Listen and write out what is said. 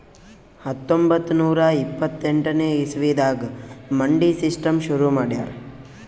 ಹತ್ತೊಂಬತ್ತ್ ನೂರಾ ಇಪ್ಪತ್ತೆಂಟನೇ ಇಸವಿದಾಗ್ ಮಂಡಿ ಸಿಸ್ಟಮ್ ಶುರು ಮಾಡ್ಯಾರ್